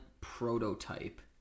prototype